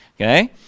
okay